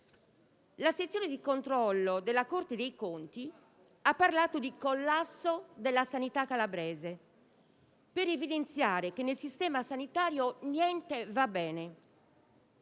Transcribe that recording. La sezione di controllo della Corte dei conti ha parlato di collasso della sanità calabrese per evidenziare che nel sistema sanitario niente va bene.